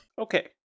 Okay